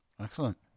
Excellent